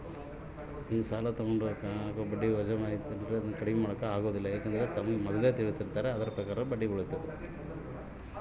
ನಾನು ತಗೊಂಡ ಸಾಲದ ಕಂತಿಗೆ ಹಾಕೋ ಬಡ್ಡಿ ವಜಾ ಐತಲ್ರಿ ಅದನ್ನ ಕಮ್ಮಿ ಮಾಡಕೋಬಹುದಾ?